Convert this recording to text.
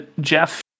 Jeff